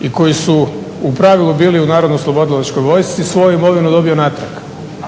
i koji su u pravilu bili u Narodnoj oslobodilačkoj vojsci svoju imovinu dobio natrag.